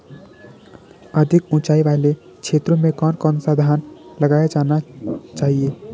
अधिक उँचाई वाले क्षेत्रों में कौन सा धान लगाया जाना चाहिए?